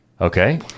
Okay